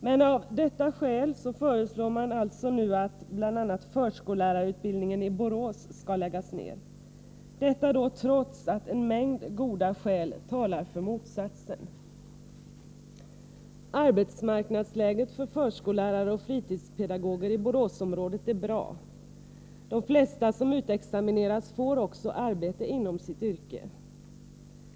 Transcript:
Men av detta skäl föreslår man alltså nu att bl.a. förskollärarutbildningen i Borås skall läggas ned — detta trots att en mängd goda skäl talar för motsatsen. Arbetsmarknadsläget för förskollärare och fritidspedagoger i Boråsområdet är bra. De flesta som utexamineras får också arbete inom sitt yrke.